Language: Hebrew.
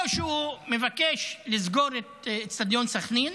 או שהוא מבקש לסגור את אצטדיון סח'נין